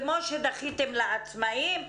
כמו שדחיתם לעצמאים,